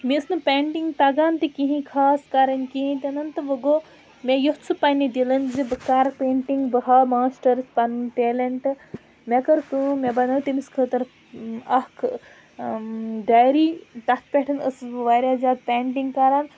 مےٚ ٲس نہٕ پینٹِنٛگ تَگان تہِ کِہیٖنۍ خاص کَرٕنۍ کِہیٖنۍ تہِ نہٕ تہٕ وۄنۍ گوٚو مےٚ یوٚژھ سُہ پَنٕنۍ دِلٕن زِ بہٕ کَرٕ پینٹِنٛگ بہٕ ہاو ماسٹٲرٕس پَنُن ٹیلٮ۪نٛٹ مےٚ کٔر کٲم مےٚ بَنٲو تٔمِس خٲطرٕ اَکھ ڈایری تَتھ پٮ۪ٹھ ٲسٕس بہٕ واریاہ زیادٕ پینٹِنٛگ کَران